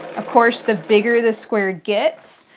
of course, the bigger the square gets,